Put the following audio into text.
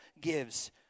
gives